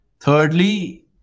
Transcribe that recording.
Thirdly